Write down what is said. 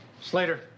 Slater